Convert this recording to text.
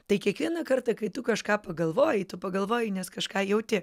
tai kiekvieną kartą kai tu kažką pagalvoji tu pagalvoji nes kažką jauti